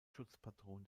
schutzpatron